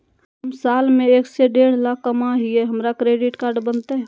हम साल में एक से देढ लाख कमा हिये तो हमरा क्रेडिट कार्ड बनते?